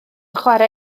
chwarae